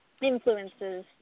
influences